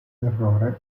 terrore